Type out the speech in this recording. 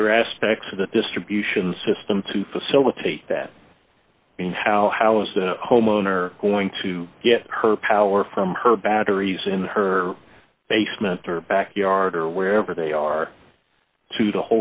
other aspects of the distribution system to facilitate that and how how is the homeowner going to get her power from her batteries in her basement or backyard or wherever they are to the